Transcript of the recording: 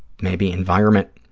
maybe environment